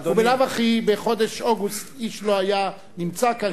ובלאו הכי בחודש אוגוסט איש לא היה נמצא כאן,